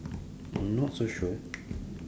I'm not so sure